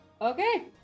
Okay